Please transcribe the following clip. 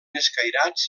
escairats